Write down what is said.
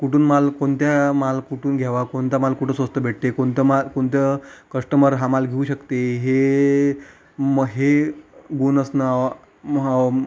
कुठून माल कोणत्या माल कुठून घ्यावा कोणता माल कुठं स्वस्त भेटते कोणता माल कोणतं कश्टमर हा माल घेऊ शकते हे मग हे गुण असणं मग हावम्